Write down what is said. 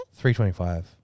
325